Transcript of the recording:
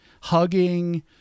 hugging